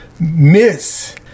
Miss